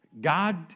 God